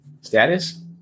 status